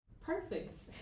Perfect